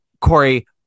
Corey